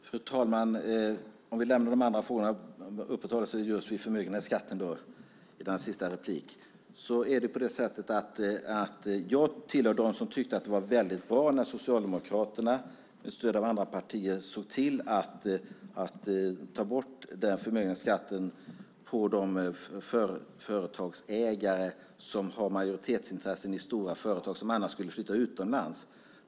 Fru talman! Vi lämnar de andra frågorna och uppehåller oss vid frågan om förmögenhetsskatten i denna sista replik. Jag tillhör dem som tyckte att det var bra när Socialdemokraterna, med stöd av andra partier, såg till att ta bort förmögenhetsskatten för de företagsägare som har majoritetsintressen i stora företag som annars skulle flytta utomlands.